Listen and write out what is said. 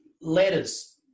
letters